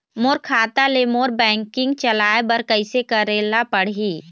मोर खाता ले मोर बैंकिंग चलाए बर कइसे करेला पढ़ही?